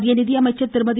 மத்திய நிதியமைச்சர் திருமதி